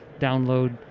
download